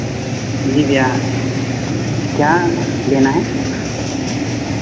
जी जी हाँ क्या लेना है